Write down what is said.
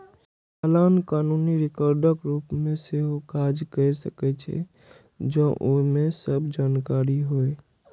चालान कानूनी रिकॉर्डक रूप मे सेहो काज कैर सकै छै, जौं ओइ मे सब जानकारी होय